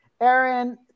Aaron